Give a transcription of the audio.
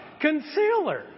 Concealer